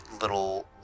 little